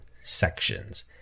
sections